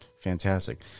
Fantastic